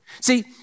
See